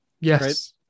Yes